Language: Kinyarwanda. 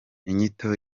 inyito